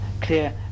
clear